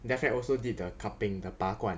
then after that also did the cupping the 拔罐